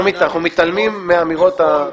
אנחנו מתעלמים מהאמירות המטורפות הללו.